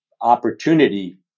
opportunity